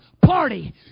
party